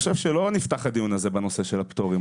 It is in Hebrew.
לא נפתח את הדיון בנושא של הפטורים.